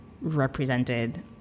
Represented